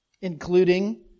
including